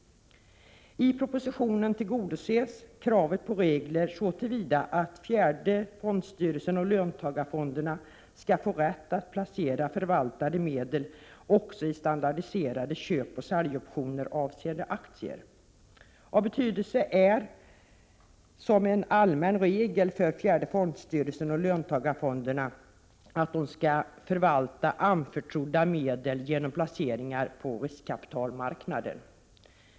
I propositionen tillgodoses kravet på regler så till vida att fjärde fondstyrelsen och löntagar — Prot. 1987/88:47 fonderna skall få rätt att placera förvaltade medel också i standardiserade 17 december 1987 köpoch säljoptioner avseende aktier. Av betydelse är, som enallmän reg ZZ —H för fjärde fondstyrelsen och löntagarfonderna, att de skall förvalta anförtrodda medel genom placeringar på riskkapitalmarknaden.